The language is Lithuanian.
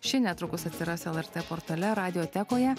ši netrukus atsiras lrt portale radiotekoje